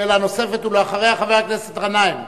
שאלה נוספת, ואחריה, חבר הכנסת גנאים.